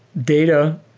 data,